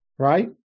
Right